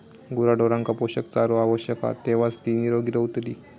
गुराढोरांका पोषक चारो आवश्यक हा तेव्हाच ती निरोगी रवतली